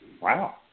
Wow